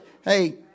Hey